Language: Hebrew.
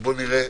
התחילה,